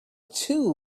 too